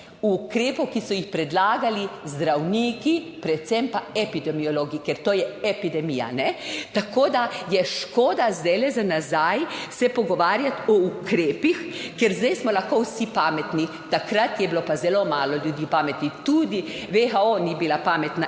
ukrepov, ki so jih predlagali zdravniki, predvsem pa epidemiologi, ker to je epidemija. Tako da je škoda zdaj za nazaj se pogovarjati o ukrepih, ker zdaj smo lahko vsi pametni, takrat je bilo pa zelo malo ljudi pametnih. Tudi WHO ni bila pametna